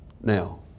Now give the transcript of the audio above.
Now